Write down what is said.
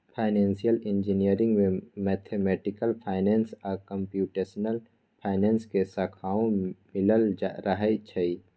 financial engineering में mathematical finance आ computational finance के शाखाओं मिलल रहइ छइ